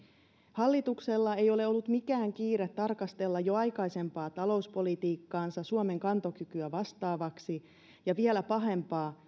hallituksella ei ole ollut mikään kiire tarkastella jo aikaisempaa talouspolitiikkaansa suomen kantokykyä vastaavaksi ja vielä pahempaa